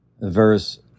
verse